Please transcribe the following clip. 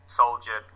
soldier